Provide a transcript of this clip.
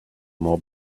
more